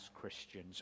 Christians